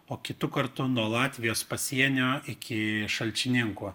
o kitu kartu nuo latvijos pasienio iki šalčininkų